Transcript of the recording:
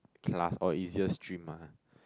class or easier stream lah